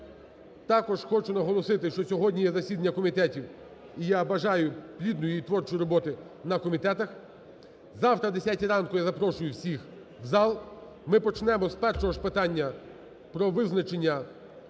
Також хочу наголосити, що сьогодні є засідання комітетів, і я бажаю плідної і творчої роботи на комітетах. Завтра о 10-й ранку я запрошую всіх в зал. Ми почнемо з першого ж питання про визначення